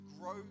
grow